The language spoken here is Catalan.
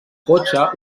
cotxe